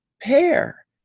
pair